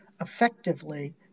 effectively